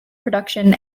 production